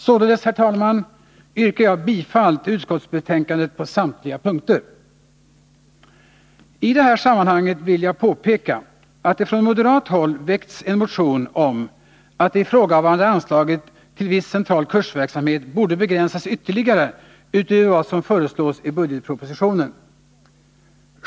Således, herr talman, yrkar jag bifall till utskottets hemställan på samtliga punkter. I det här sammanhanget vill jag påpeka, att det från moderat håll väckts en motion om att det ifrågavarande anslaget till viss central kursverksamhet borde begränsas ytterligare, utöver vad som föreslås i budgetpropositionen.